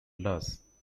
loss